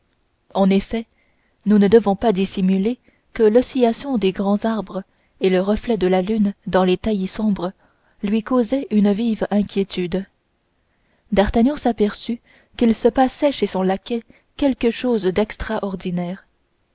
en effet nous ne devons pas dissimuler que l'oscillation des grands arbres et le reflet de la lune dans les taillis sombres lui causaient une vive inquiétude d'artagnan s'aperçut qu'il se passait chez son laquais quelque chose d'extraordinaire